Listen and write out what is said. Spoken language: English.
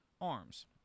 arms